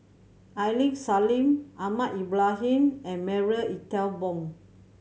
Aini Salim Ahmad Ibrahim and Marie Ethel Bong